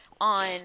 on